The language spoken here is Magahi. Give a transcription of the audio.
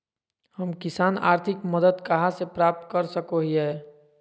हम किसान आर्थिक मदत कहा से प्राप्त कर सको हियय?